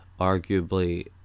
arguably